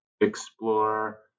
explore